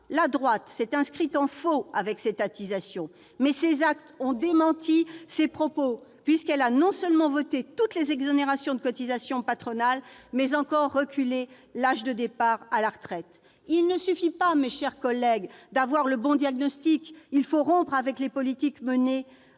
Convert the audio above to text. de droite se sont inscrits en faux contre cette étatisation, mais leurs actes ont démenti leurs propos, puisqu'ils ont non seulement voté toutes les exonérations de cotisations patronales, mais aussi reculé l'âge de départ à la retraite. Il ne suffit pas, chers collègues, d'avoir le bon diagnostic : il faut rompre avec les politiques menées